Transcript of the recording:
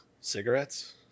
Cigarettes